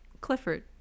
Clifford